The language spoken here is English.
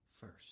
first